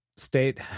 state